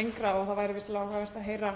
lengra. Það væri vissulega áhugavert að heyra